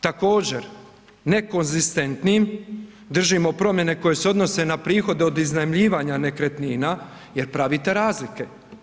Također nekonzistentnim držimo promjene koje se odnose na prihode od iznajmljivanja nekretnina jer pravite razlike.